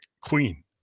Queen